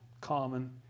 common